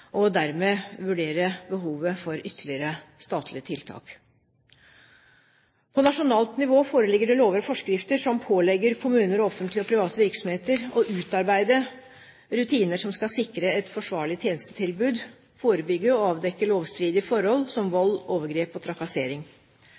og dermed vurdere behovet for ytterligere statlige tiltak. På nasjonalt nivå foreligger det lover og forskrifter som pålegger kommuner og offentlige og private virksomheter å utarbeide rutiner som skal sikre et forsvarlig tjenestetilbud, og forebygge og avdekke lovstridige forhold som